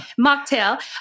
mocktail